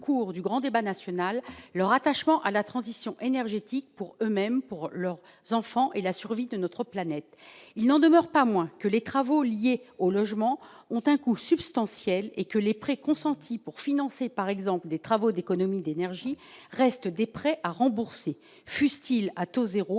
cours du grand débat national, leur attachement à la transition énergétique, pour eux-mêmes, pour leurs enfants et pour la survie de notre planète. Il n'en demeure pas moins que les travaux liés au logement ont un coût substantiel, et que les prêts consentis pour financer, par exemple, des travaux d'économie d'énergie restent des prêts à rembourser, fussent-ils à taux zéro,